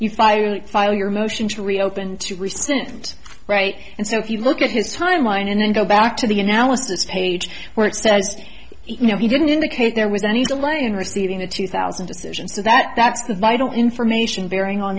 you fire file your motion to reopen to recent right and so if you look at his timeline and then go back to the analysis page where it says you know he didn't indicate there was any delay in receiving the two thousand decision so that that's vital information bearing on